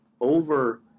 over